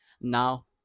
Now